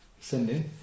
Sending